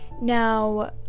Now